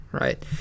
Right